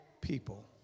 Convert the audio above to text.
people